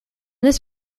this